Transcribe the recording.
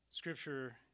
Scripture